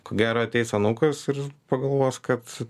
ko gero ateis anūkas ir pagalvos kad